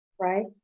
right